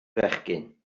fechgyn